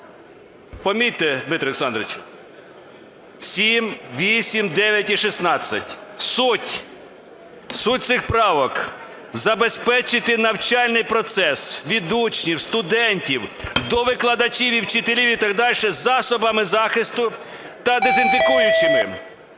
Помітьте, Дмитре Олександровичу. 7, 8, 9 і 16. Суть цих правок – забезпечити навчальний процес від учнів, студентів до викладачів і вчителів, і так далі засобами захисту та дезінфікуючими.